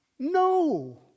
No